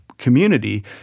Community